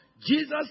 Jesus